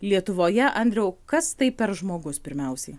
lietuvoje andriau kas tai per žmogus pirmiausiai